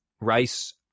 Rice